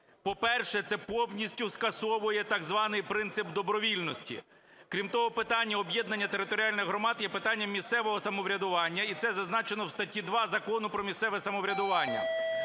По-перше, це повністю скасовує так званий принцип добровільності. Крім того, питання об'єднання територіальних громад є питанням місцевого самоврядування, і це зазначено в статті 2 Закону "Про місцеве самоврядування",